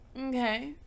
okay